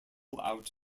out